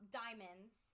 diamonds